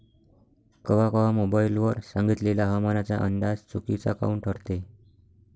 कवा कवा मोबाईल वर सांगितलेला हवामानाचा अंदाज चुकीचा काऊन ठरते?